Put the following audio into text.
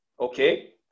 okay